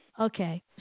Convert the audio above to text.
Okay